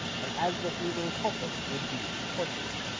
and as the thieving culprit would be tortured.